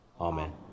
Amen